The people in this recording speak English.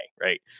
right